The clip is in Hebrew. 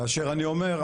כאשר אני אומר,